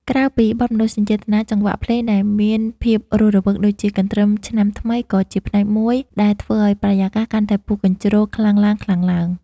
ក្រៅពីបទមនោសញ្ចេតនា ចង្វាក់ភ្លេងដែលមានភាពរស់រវើកដូចជា កន្ទ្រឹមឆ្នាំថ្មី ក៏ជាផ្នែកមួយដែលធ្វើឱ្យបរិយាកាសកាន់តែពុះកញ្ជ្រោលខ្លាំងឡើងៗ។